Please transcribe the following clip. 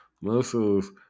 muscles